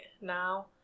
now